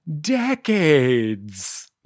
decades –